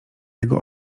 jego